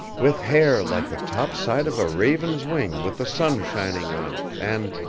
with hair like the top side of a raven's wing with the sun shining on it, and